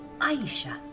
Aisha